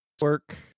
Work